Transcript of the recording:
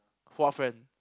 what friend